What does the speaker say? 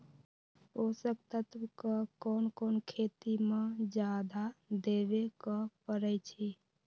पोषक तत्व क कौन कौन खेती म जादा देवे क परईछी?